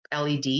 led